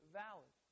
valid